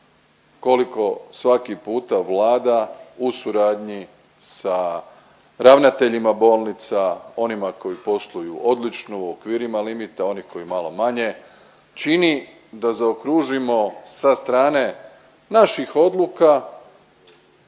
koliko svaki puta Vlada u suradnji sa ravnateljima bolnica, onima koji posluju odlično u okvirima limita, oni koji malo manje čini da zaokružimo sa strane naših odluka